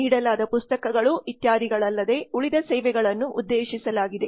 ನೀಡಲಾದ ಪುಸ್ತಕಗಳು ಇತ್ಯಾದಿಗಳಲ್ಲದೆ ಉಳಿದ ಸೇವೆಗಳನ್ನು ಉದ್ದೇಶಿಸಲಾಗಿದೆ